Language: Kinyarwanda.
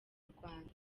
rwanda